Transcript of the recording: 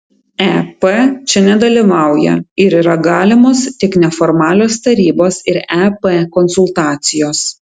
ep čia nedalyvauja ir yra galimos tik neformalios tarybos ir ep konsultacijos